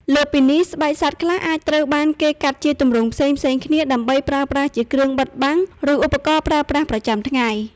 លើសពីនេះ ស្បែកសត្វខ្លះអាចត្រូវបានគេកាត់ជាទម្រង់ផ្សេងៗគ្នា ដើម្បីប្រើប្រាស់ជាគ្រឿងបិទបាំង ឬឧបករណ៍ប្រើប្រាស់ប្រចាំថ្ងៃ